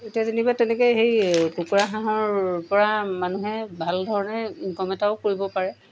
এতিয়া যেনিবা তেনেকৈ সেই কুকুৰা হাঁহৰ পৰা মানুহে ভাল ধৰণে ইনকম এটাও কৰিব পাৰে